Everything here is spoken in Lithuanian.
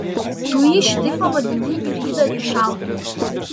tu jį šitaip pavadinai ir įdavei šautuvą